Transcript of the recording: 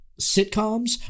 sitcoms